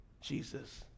Jesus